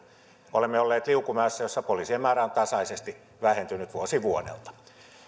olemme olleet liukumäessä jossa poliisien määrä on tasaisesti vähentynyt vuosi vuodelta